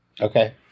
Okay